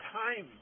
time